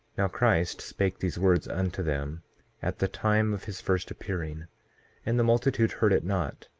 now christ spake these words unto them at the time of his first appearing and the multitude heard it not,